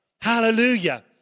Hallelujah